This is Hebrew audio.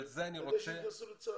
רוצים שיתגייסו לצה"ל.